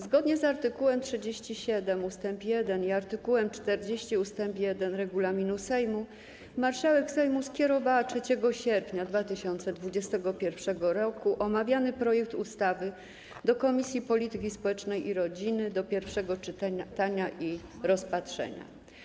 Zgodnie z art. 37 ust. 1 i art. 40 ust. 1 regulaminu Sejmu marszałek Sejmu skierowała 3 sierpnia 2021 r. omawiany projekt ustawy do Komisji Polityki Społecznej i Rodziny do pierwszego czytania i rozpatrzenia.